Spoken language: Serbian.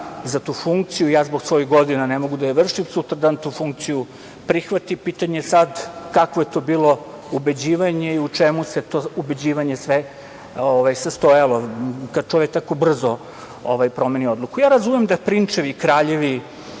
za tu funkciju, ja zbog svojih godina ne mogu da je vršim, sutradan tu funkciju prihvati. Pitanje je sad kakvo je to bilo ubeđivanje i u čemu se to ubeđivanje sve sastojalo kad čovek tako brzo promeni odluku. Ja razumem da prinčevi i kraljevi